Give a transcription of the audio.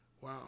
Wow